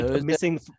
missing